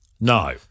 no